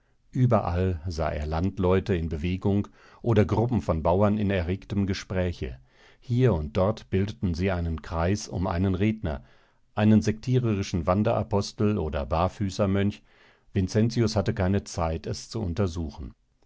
überall sah er landleute in bewegung oder gruppen von bauern in erregtem gespräche hier und dort bildeten sie einen kreis um einen redner einen sektiererischen wanderapostel oder barfüßermönch vincentius hatte keine zeit es zu untersuchen